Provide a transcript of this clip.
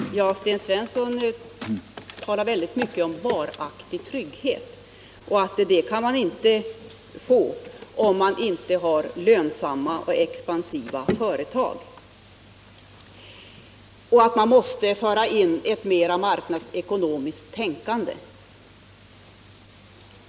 Herr talman! Sten Svensson talar väldigt mycket om varaktig trygghet. Han säger att det kan man inte få om man inte har lönsamma och expansiva företag och att det måste föras in mera marknadsekonomiskt tänkande.